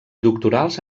doctorals